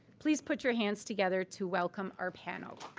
please put your hands together to welcome our panel.